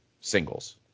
singles